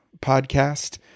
podcast